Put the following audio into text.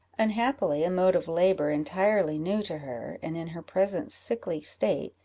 unhappily, a mode of labour entirely new to her, and, in her present sickly state,